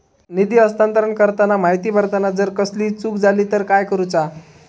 निधी हस्तांतरण करताना माहिती भरताना जर कसलीय चूक जाली तर काय करूचा?